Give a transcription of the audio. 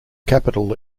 capital